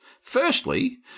Firstly